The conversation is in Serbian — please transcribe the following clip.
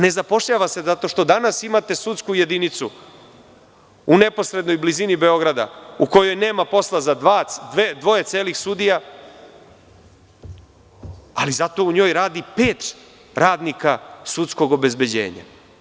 Ne zapošljava se zato što danas imate sudsku jedinicu u neposrednoj blizini Beograda, u kojoj nema posla za dvoje celih sudija, ali zato u njoj radi pet radnika sudskog obezbeđenja.